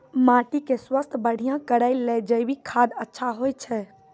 माटी के स्वास्थ्य बढ़िया करै ले जैविक खाद अच्छा होय छै?